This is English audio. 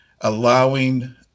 allowing